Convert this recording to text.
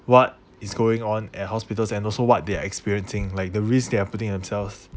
what is going on at hospitals and also what they are experiencing like the risks they are putting themselves